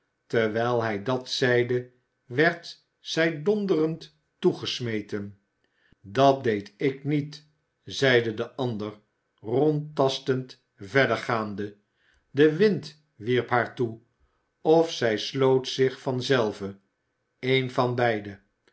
terwijl hij dat zeide werd zij donderend toegesmeten dat deed ik niet zeide de ander rondtastend verder gaande de wind wierp haar toe of zij sloot zich van zelve een van beide